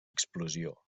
explosió